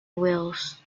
wales